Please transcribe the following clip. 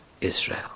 Israel